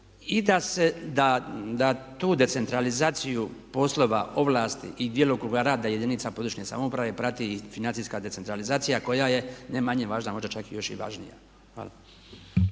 jesam. I da tu decentralizaciju poslova ovlasti i djelokruga rada jedinica područne samouprave prati i financijska decentralizacija koja je ne manje važna, možda čak i još i važnija. Hvala.